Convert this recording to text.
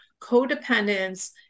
codependence